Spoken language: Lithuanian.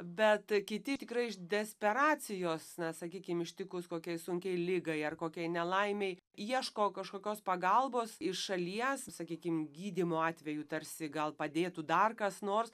bet kiti tikrai iš desperacijos na sakykim ištikus kokiai sunkiai ligai ar kokiai nelaimei ieško kažkokios pagalbos iš šalies sakykim gydymo atveju tarsi gal padėtų dar kas nors